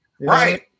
right